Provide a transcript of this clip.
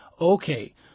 Okay